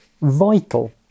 vital